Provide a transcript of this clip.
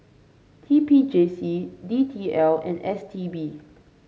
T P J C D T L and S T B